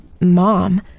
mom